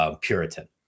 Puritan